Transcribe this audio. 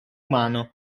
umano